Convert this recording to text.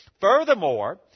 Furthermore